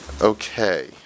Okay